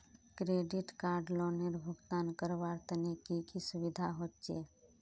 Credit card लोनेर भुगतान करवार तने की की सुविधा होचे??